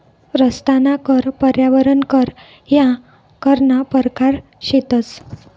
रस्ताना कर, पर्यावरण कर ह्या करना परकार शेतंस